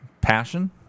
passion